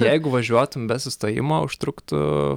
jeigu važiuotum be sustojimo užtruktų